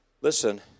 listen